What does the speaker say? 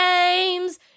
games